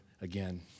again